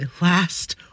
last